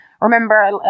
Remember